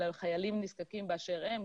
אלא לחיילים נזקקים באשר הם.